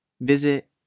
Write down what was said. visit